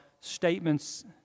statements